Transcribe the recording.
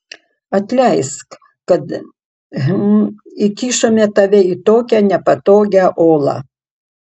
atleisk kad hm įkišome tave į tokią nepatogią olą